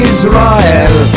Israel